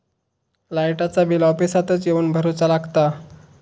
लाईटाचा बिल ऑफिसातच येवन भरुचा लागता?